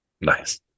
Nice